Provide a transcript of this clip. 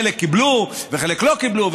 חלק קיבלו וחלק לא קיבלו,